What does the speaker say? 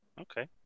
Okay